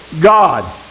God